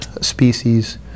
species